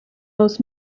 most